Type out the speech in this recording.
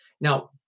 Now